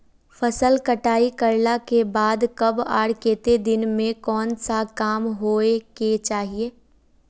फसल कटाई करला के बाद कब आर केते दिन में कोन सा काम होय के चाहिए?